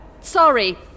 Sorry